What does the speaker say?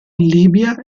libia